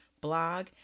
blog